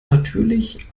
natürlich